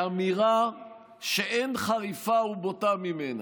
באמירה שאין חריפה ובוטה ממנה: